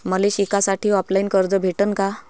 मले शिकासाठी ऑफलाईन कर्ज भेटन का?